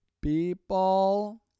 People